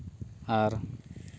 ᱟᱨ